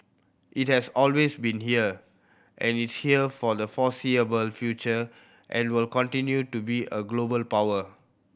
it has always been here and it's here for the foreseeable future and will continue to be a global power